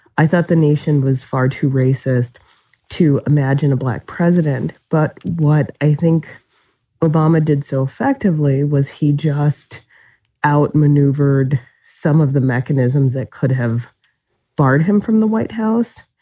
i thought the nation was far too racist to imagine a black president. but what i think obama did so effectively was he just outmaneuvered some of the mechanisms that could have barred him from the white house.